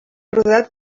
rodat